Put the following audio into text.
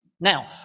Now